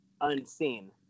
unseen